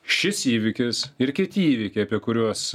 šis įvykis ir kiti įvykiai apie kuriuos